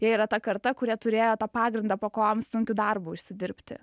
jie yra ta karta kurie turėjo tą pagrindą po kojom sunkiu darbu užsidirbti